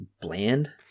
bland